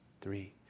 three